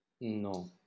No